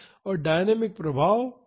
और डायनामिक प्रभाव छोटे होते हैं